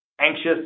anxious